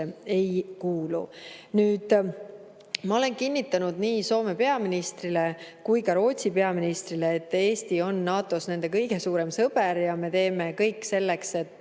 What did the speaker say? ei kuulu. Ma olen kinnitanud nii Soome peaministrile kui ka Rootsi peaministrile, et Eesti on NATO-s nende kõige suurem sõber ja me teeme kõik selleks, et